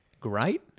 great